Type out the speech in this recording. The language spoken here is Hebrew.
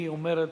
היא אומרת: